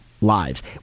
lives